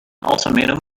ultimatum